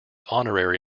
honorary